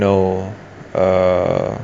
no err